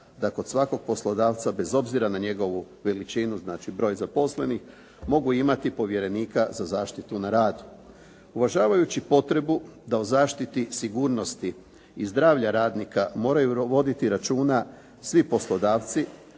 da kod svakog poslodavca bez obzira na njegovu veličinu, znači broj zaposlenih mogu imati povjerenika za zaštitu na radu. Uvažavajući potrebu da u zaštiti sigurnosti i zdravlja radnika moraju voditi računa svi poslodavci,